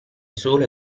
solo